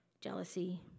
jealousy